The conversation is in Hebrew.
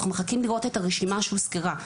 אנחנו מחכים לראות את הרשימה שהוזכרה.